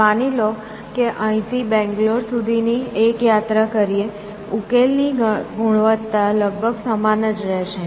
માની લો કે અહીંથી બેંગ્લોર સુધી ની એક યાત્રા કરીએ ઉકેલ ની ગુણવત્તા લગભગ સમાન જ રહેશે